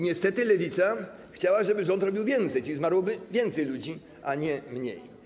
Niestety Lewica chciała, żeby rząd robił więcej, czyli zmarłoby więcej ludzi, a nie mniej.